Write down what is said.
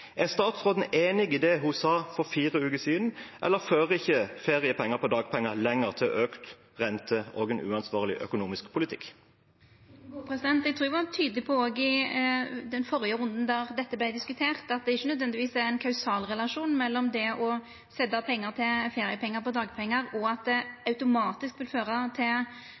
Er statsråden enig i det hun sa for fire uker siden? Eller fører ikke feriepenger på dagpenger lenger til økt rente og en uansvarlig økonomisk politikk? Eg trur eg var tydeleg på òg i den førre runden då dette vart diskutert, at det ikkje nødvendigvis er ein kausal relasjon mellom det å setja av pengar til feriepengar på dagpengar og at renta automatisk vil gå opp, men at ein sjølvsagt er nøydd til